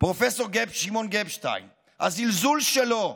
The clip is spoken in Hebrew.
פרופ' שמעון גפשטיין בכנסת,